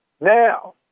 Now